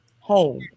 Home